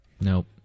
nope